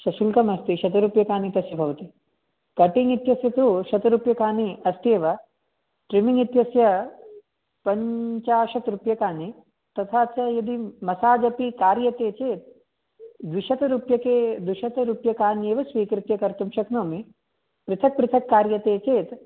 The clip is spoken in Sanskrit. शशुल्कमस्ति शतरूप्यकाणि तस्य भवति कटिङ् इत्यस्य तु शतरूप्यकाणि अस्ति एव ट्रिमिङ् इत्यस्य पञ्चाशत् रूप्यकाणि तथा च यदि मसाजपि कार्यते चेत् द्विशतरूप्यकान्येव स्वीकृत्य कर्तुं शक्नोमि पृथक् पृथक् कार्यते चेत्